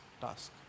task